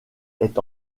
est